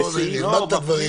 בואו נלמד את הדברים.